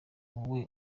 wowe